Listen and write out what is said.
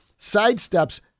sidesteps